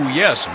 yes